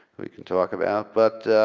we can talk about, but